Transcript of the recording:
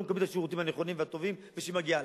מקבלים את השירותים הנכונים והטובים ושמגיע להם,